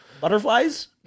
butterflies